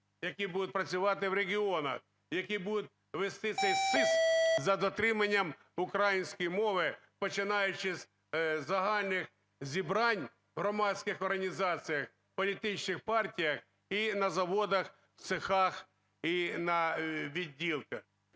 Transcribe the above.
які будуть працювати в регіонах, які будуть вести цей сыск за дотриманням української мови, починаючи із загальних зібрань громадських організацій, політичних партій і на заводах, в цехах і на відділках.